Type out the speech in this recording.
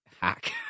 hack